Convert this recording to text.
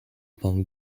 pan